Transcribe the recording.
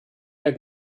der